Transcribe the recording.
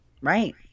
right